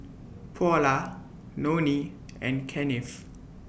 Paula Nonie and Kennith